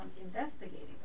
investigating